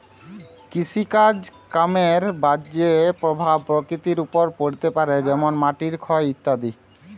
কৃষিকাজ কামের বাজে প্রভাব প্রকৃতির ওপর পড়তে পারে যেমন মাটির ক্ষয় ইত্যাদি